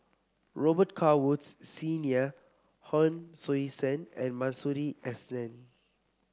Robet Carr Woods Senior Hon Sui Sen and Masuri S N